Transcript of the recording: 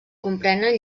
comprenen